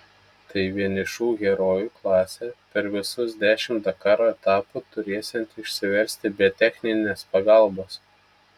tai vienišų herojų klasė per visus dešimt dakaro etapų turėsianti išsiversti be techninės pagalbos